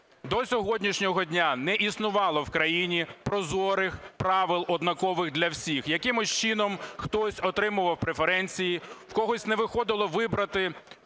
До сьогоднішнього дня не існувало в країні прозорих правил однакових для всіх. Якимось чином хтось отримував преференції, в когось не виходило вибрати